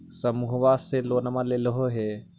समुहवा से लोनवा लेलहो हे?